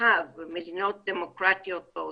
רחב במדינות דמוקרטיות בעולם,